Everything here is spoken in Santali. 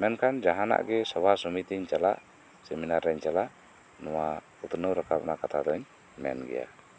ᱢᱮᱱᱠᱷᱟᱱ ᱡᱟᱦᱟᱸᱱᱟᱜ ᱜᱮ ᱥᱚᱵᱷᱟ ᱥᱚᱢᱤᱛᱤᱧ ᱪᱟᱞᱟᱜ ᱥᱮᱢᱤᱱᱟᱨ ᱨᱮᱧ ᱪᱟᱞᱟᱜ ᱱᱚᱶᱟ ᱩᱛᱱᱟᱹᱣ ᱨᱟᱠᱟᱵ ᱨᱮᱭᱟᱜ ᱠᱟᱛᱷᱟ ᱫᱚᱧ ᱢᱮᱱ ᱜᱮᱭᱟ